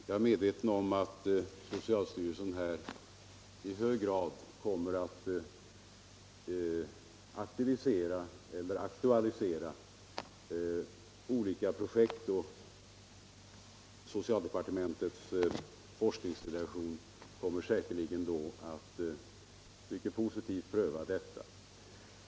Jag är medveten om att socialstyrelsen kommer att aktualisera olika projekt, och den forskningsdelegation som är knuten till socialdepartementet kommer säkerligen att positivt pröva dessa.